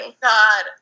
God